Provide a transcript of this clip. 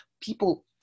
people